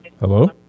Hello